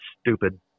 stupid